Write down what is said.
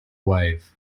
wave